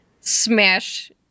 smash